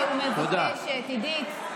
אני חוזרת ומבקשת, עידית,